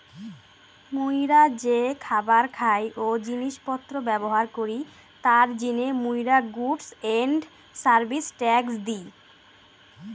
মুইরা যে খাবার খাই ও জিনিস পত্র ব্যবহার করি তার জিনে মুইরা goods and service tax the